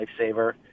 lifesaver